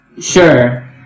Sure